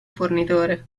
fornitore